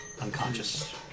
unconscious